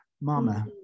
mama